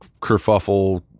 kerfuffle